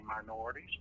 minorities